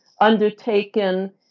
undertaken